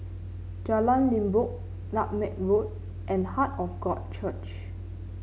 Jalan Limbok Nutmeg Road and Heart of God Church